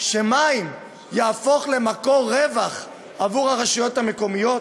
שמים יהפכו למקור רווח עבור הרשויות המקומיות?